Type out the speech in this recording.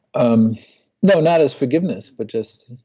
um you know not as forgiveness, but just